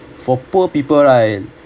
for poor people right